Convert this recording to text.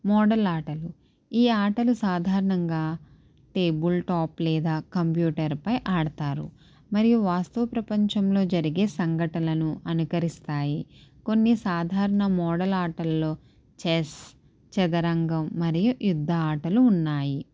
model ఆటలు ఈ ఆటలు సాధారణంగా టేబుల్ టాప్ లేదా కంప్యూటర్పై ఆడతారు మరియు వాస్తవ ప్రపంచంలో జరిగే సంఘటనలు అనుకరిస్తాయి కొన్ని సాధారణ మోడల్ ఆటల్లో చెస్ చదరంగం మరియు యుద్ధ ఆటలు ఉన్నాయి